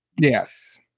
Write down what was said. Yes